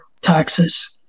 taxes